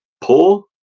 poor